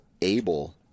able